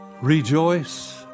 Rejoice